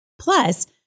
plus